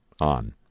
on